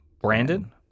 Brandon